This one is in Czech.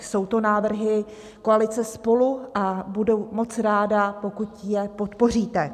Jsou to návrhy koalice SPOLU a budu moc ráda, pokud je podpoříte.